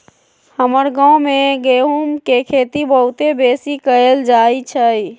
हमर गांव में गेहूम के खेती बहुते बेशी कएल जाइ छइ